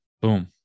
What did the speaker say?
Boom